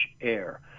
Air